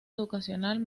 educacional